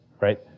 right